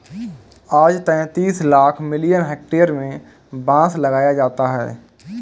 आज तैंतीस lakh million hectare में बांस लगाया जाता है